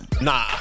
Nah